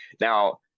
Now